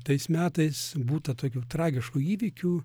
tais metais būta tokių tragiškų įvykių